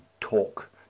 talk